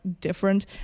different